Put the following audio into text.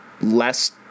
less